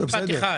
ברשותך.